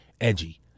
edgy